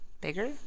Bigger